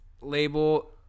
label